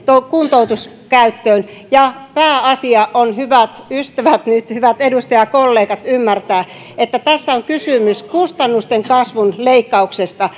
kuntoutus käyttöön ja pääasia on nyt hyvät ystävät hyvät edustajakollegat ymmärtää että tässä on kysymys kustannusten kasvun leikkauksesta